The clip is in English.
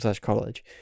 college